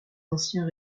anciens